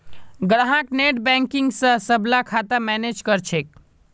ग्राहक नेटबैंकिंग स सबला खाता मैनेज कर छेक